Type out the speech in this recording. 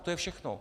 To je všechno.